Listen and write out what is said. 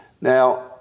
Now